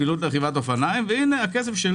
לפעילות רכיבת אופניים והנה הכסף,